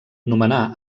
nomenà